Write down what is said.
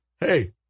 hey